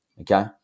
okay